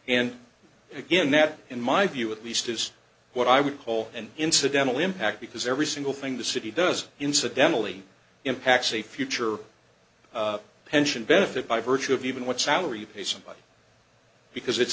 and again that in my view at least is what i would call an incidental impact because every single thing the city does incidentally impacts the future pension benefit by virtue of even what salary patient because it's